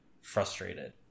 frustrated